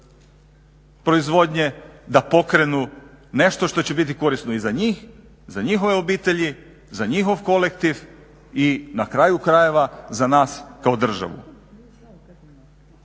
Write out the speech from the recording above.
proizvodnje da pokrenu nešto što će biti korisno i za njih, za njihove obitelji, za njihov kolektiv i na kraju krajeva za nas kao državu.